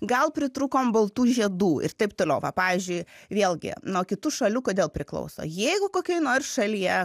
gal pritrūkom baltų žiedų ir taip toliau va pavyzdžiui vėlgi nuo kitų šalių kodėl priklauso jeigu kokioj nors šalyje